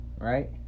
right